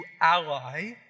ally